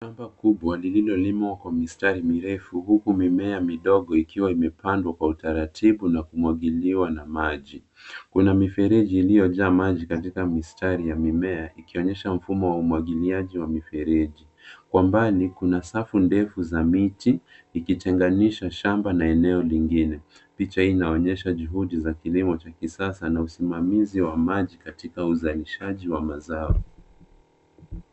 Shamba kubwa lilolimwa kwa mistari mirefu huku mimea midogo ikiwa imepandwa kwa utaratibu na kumiminiwa maji. Kuna mifereji iliyojaa maji katika mistari ya mimea ikionyesha mfumo wa umwagiliaji wa mifereji. Kwa mbali kuna safu ndefu za miti ikitenganisha shamba na eneo lingine picha hii inaonyesha juhudi za kilimo cha kisasa na usimamizi wa maji katika uzalishaji wa mazao.